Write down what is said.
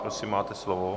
Prosím, máte slovo.